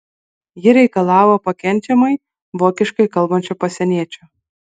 ji reikalavo pakenčiamai vokiškai kalbančio pasieniečio